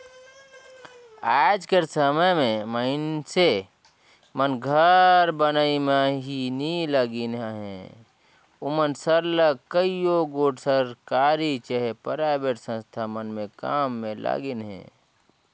आएज कर समे में मइनसे मन घर बनई में ही नी लगिन अहें ओमन सरलग कइयो गोट सरकारी चहे पराइबेट संस्था मन में काम में लगिन अहें